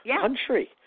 country